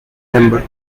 member